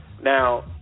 Now